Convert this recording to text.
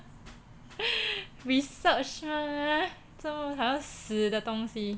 research ah 死东西